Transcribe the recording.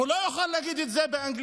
הוא לא יכול להגיד את זה באנגלית,